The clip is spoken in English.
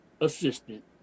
assistant